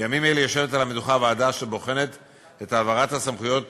בימים אלה יושבת על המדוכה ועדה אשר בוחנת את העברת הסמכויות